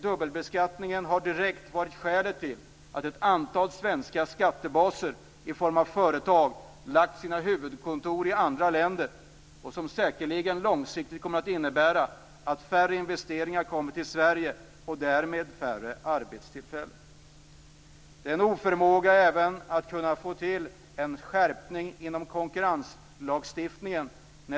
Dubbelbeskattningen har varit det direkta skälet till att ett antal svenska skattebaser i form av företag har lagt sina huvudkontor i andra länder. Det kommer säkerligen långsiktigt att innebära att färre investeringar görs i Sverige, och därmed blir arbetstillfällena färre. Det finns en oförmåga även när det gäller att få till en skärpning inom konkurrenslagstiftningen.